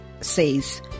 says